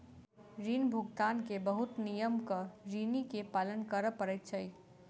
ऋण भुगतान के बहुत नियमक ऋणी के पालन कर पड़ैत छै